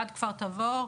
סוגת-כפר תבור,